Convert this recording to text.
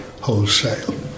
wholesale